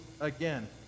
again